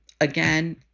Again